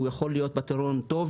הוא יכול להיות פתרון טוב.